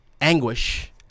anguish